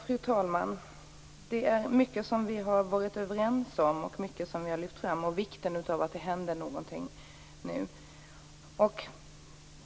Fru talman! Det är mycket som vi har varit överens om och mycket som vi har lyft fram i fråga om vikten av att det händer någonting.